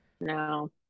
No